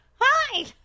Hi